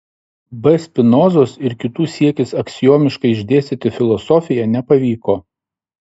b spinozos ir kitų siekis aksiomiškai išdėstyti filosofiją nepavyko